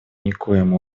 никоим